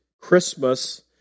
Christmas